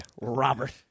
Robert